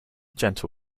gentle